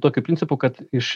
tokiu principu kad iš